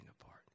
apart